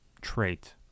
Trait